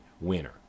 winner